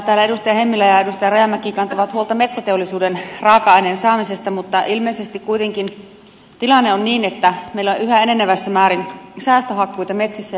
täällä edustaja hemmilä ja edustaja rajamäki kantavat huolta metsäteollisuuden raaka aineen saamisesta mutta ilmeisesti kuitenkin tilanne on sellainen että meillä on yhä enenevässä määrin säästöhakkuita metsissä